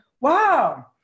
wow